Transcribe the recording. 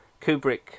Kubrick